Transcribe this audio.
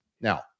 Now